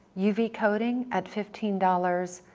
uv coating at fifteen dollars,